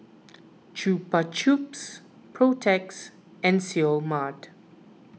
Chupa Chups Protex and Seoul Mart